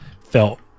felt